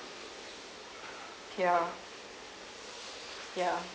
yeah ya